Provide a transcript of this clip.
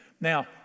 Now